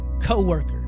co-worker